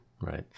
right